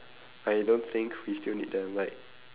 I don't think we still need them like